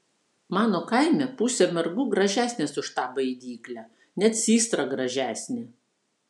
mano kaime pusė mergų gražesnės už tą baidyklę net systra gražesnė